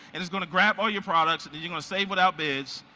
and it's gonna grab all your products that you're gonna save without bids,